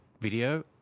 video